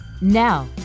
Now